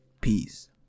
peace